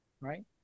right